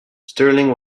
stirling